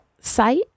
site